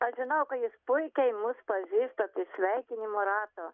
aš žinau ka jūs puikiai mus pažįstat iš sveikinimų rato